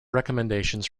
recommendations